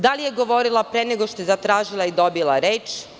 Da li je govorila pre nego što je zatražila i dobila reč?